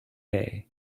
and